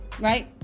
right